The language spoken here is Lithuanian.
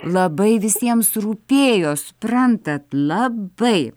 labai visiems rūpėjo suprantat labai